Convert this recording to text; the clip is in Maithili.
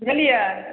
बुझलिए